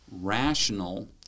rational